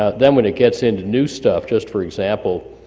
ah then when it gets into new stuff just for example,